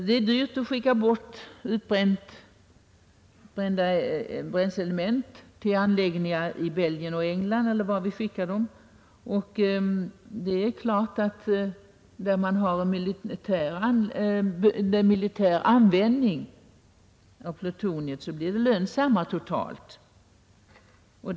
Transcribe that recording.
Det är dyrt att skeppa bort utbrända bränsleelement till anläggningar i Belgien och England eller vart man skickar dem, och det är givet att där man har militär användning av plutoniet blir det lönsammare, totalt sett.